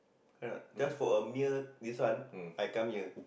right not just for a meal this one I come here